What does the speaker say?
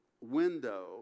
window